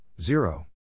Zero